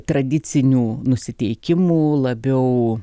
tradicinių nusiteikimų labiau